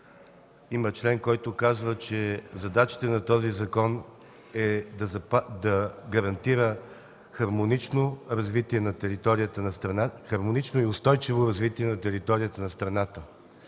има член, който казва, че задачата на този закон е да гарантира хармонично и устойчиво развитие на територията на страната.